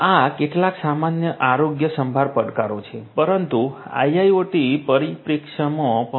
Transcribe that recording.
આ કેટલાક સામાન્ય આરોગ્યસંભાળ પડકારો છે પરંતુ IIoT પરિપ્રેક્ષ્યમાં પણ